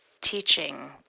teaching